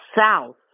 South